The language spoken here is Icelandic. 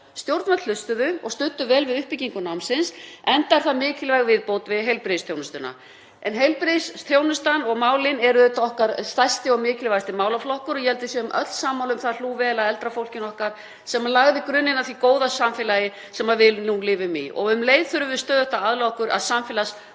Stjórnvöld hlustuðu og studdu vel við uppbyggingu námsins enda er það mikilvæg viðbót við heilbrigðisþjónustuna. Heilbrigðisþjónustan og -málin eru okkar stærsti og mikilvægasti málaflokkur og ég held við séum öll sammála um að hlúa vel að eldra fólkinu okkar sem lagði grunninn að því góða samfélagi sem við lifum í. Um leið þurfum við stöðugt að laga okkur að samfélags-